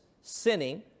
sinning